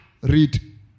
read